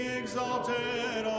exalted